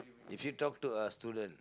if you talk to a student